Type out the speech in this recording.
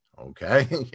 Okay